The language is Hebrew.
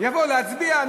יבואו להצביע.